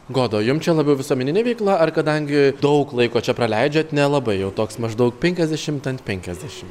goda o jum čia labiau visuomeninė veikla ar kadangi daug laiko čia praleidžiat nelabai jau toks maždaug penkiasdešimt ant penkiasdešimt